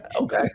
okay